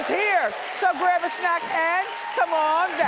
yeah so grab a snack and come on